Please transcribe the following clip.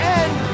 end